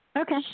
Okay